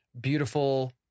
beautiful